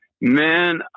Man